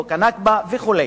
חוק ה"נכבה" וכו'.